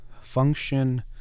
function